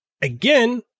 Again